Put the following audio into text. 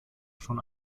schon